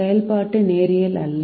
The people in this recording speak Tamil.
செயல்பாடு நேரியல் அல்ல